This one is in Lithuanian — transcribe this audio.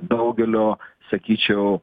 daugelio sakyčiau